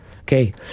Okay